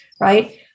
right